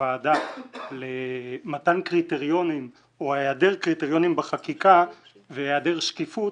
הוועדה למתן קריטריונים או היעדר קריטריונים בחקיקה והיעדר שקיפות,